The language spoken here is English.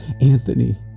Anthony